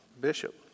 bishop